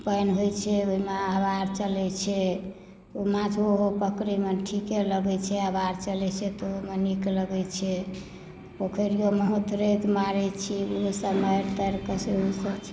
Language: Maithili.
पानि होइ छै ओइमे हवा चलय छै ओ माछो पकड़यमे ठीके लगय छै हवा चलय छै तऽ ओइमे नीक लगय छै पोखैरियोमे उतरिके मारय छी ओइमे मारि तारिके सेहो सब